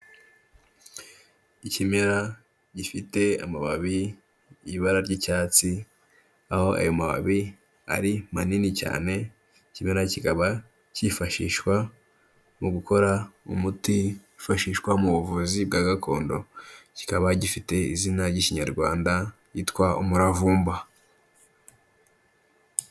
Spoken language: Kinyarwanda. Ikimera gifite amababi y'ibara ry'icyatsi, aho ayo mababi ari manini cyane, iki kimera kikaba cyifashishwa mu gukora umuti wifashishwa mu buvuzi bwa gakondo, kikaba gifite izina ry'ikinyarwanda yitwa umuravumba.